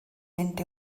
mynd